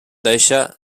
deixa